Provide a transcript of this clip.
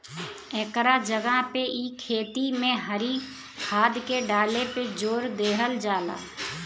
एकरा जगह पे इ खेती में हरी खाद के डाले पे जोर देहल जाला